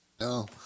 no